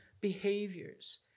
behaviors